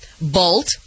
Bolt